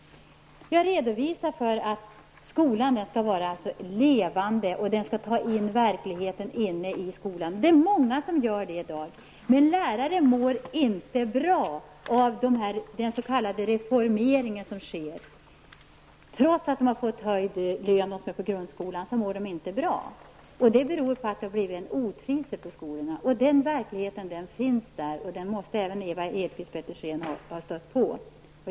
Jag har redogjort för att skolan skall vara levande, och verkligheten skall komma in i skolan. Det är många skolor som klarar det. Men lärarna mår inte bra av den s.k. reformering som sker. Trots att lärarna på grundskolan har fått höjda löner mår de inte bra. Det beror på att det har blivit en otrivsel på skolorna. Verkligheten finns där. Det måste även Ewa Hedkvist Petersen ha stött på.